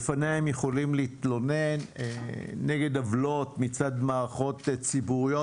בפניה הם יכולים להתלונן נגד עוולות מצד מערכות ציבוריות,